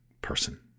person